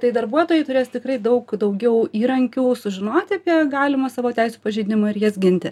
tai darbuotojai turės tikrai daug daugiau įrankių sužinoti apie galimą savo teisių pažeidimą ir jas ginti